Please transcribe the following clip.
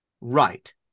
Right